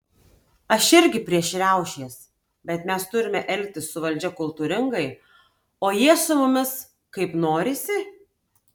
aš irgi prieš riaušės bet mes turime elgtis su valdžia kultūringai o jie su mumis kaip norisi